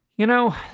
you know,